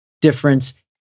difference